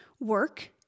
work